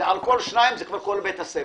ועל כל שניים שתתפסו תגידו כבר שזה כל בית הספר.